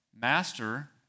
master